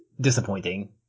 disappointing